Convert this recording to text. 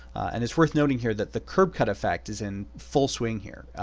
and it's worth noting here that the curb-cut effect is in full swing here.